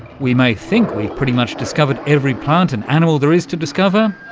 we may think we've pretty much discovered every plant and animal there is to discover,